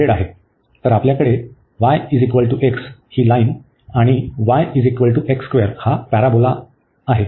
तर आपल्याकडे ही लाईन आहे आणि पॅराबोला आहे